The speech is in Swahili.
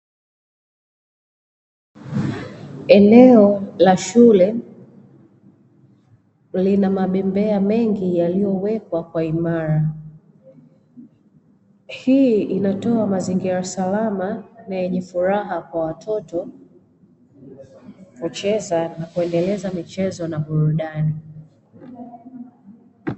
Eneo la shule lina mabembea mengi yaliyowekwa kwa imara. Hii inatoa mazingira salama na yenye furaha kwa watoto kucheza na kuendeleza michezo na burudani.